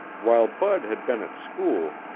while bud had been at school,